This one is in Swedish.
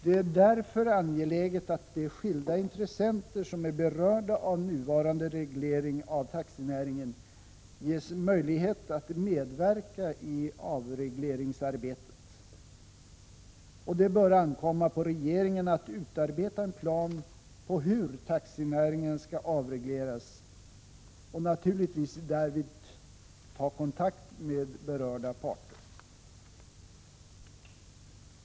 Det är därför angeläget att de skilda intressenter som är berörda av nuvarande reglering av taxinäringen ges möjlighet att medverka i avregleringsarbetet. Det bör ankomma på regeringen att utarbeta en plan på hur taxinäringen skall avregleras och att därvid naturligtvis ta kontakt med berörda parter.